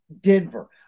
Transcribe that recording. Denver